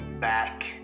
back